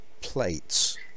plates